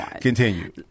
Continue